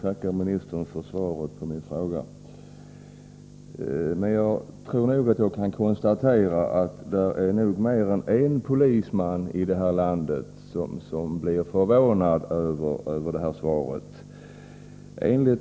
Herr talman! Jag tackar justitieministern för svaret på min fråga. Det finns nog mer än en polisman i det här landet som blir förvånad över det svar jag nyss fått.